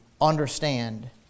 understand